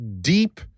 deep